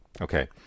okay